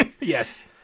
Yes